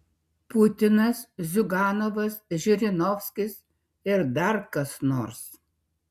putinas ziuganovas žirinovskis ir dar kas nors